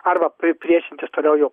arba pri priešintis toliau jau